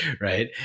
right